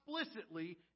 explicitly